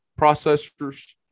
processors